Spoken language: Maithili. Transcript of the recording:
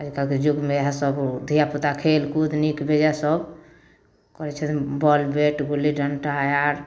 आइ काल्हिके जुगमे इएह सब धिया पूता खेल कूद नीक बेजाँ सब करै छथिन बॉल बैट गुल्ली डंटा आर